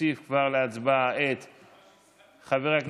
להעביר לוועדת החוקה,